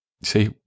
See